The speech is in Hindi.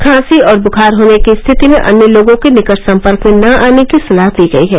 खांसी और बुखार होने की स्थिति में अन्य लोगों के निकट संपर्क में न आने की सलाह दी गई है